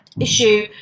issue